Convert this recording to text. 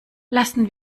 lassen